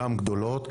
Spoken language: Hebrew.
גם גדולות,